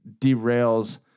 derails